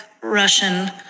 Russian